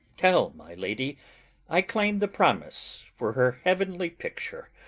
tell my lady i claim the promise for her heavenly picture.